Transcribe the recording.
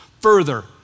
further